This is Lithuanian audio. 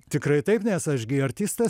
tikrai taip nes aš gi artistas